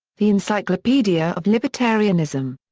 the encyclopedia of libertarianism.